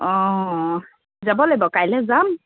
অঁ যাব লাগিব কাইলৈ যাম